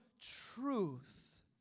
truth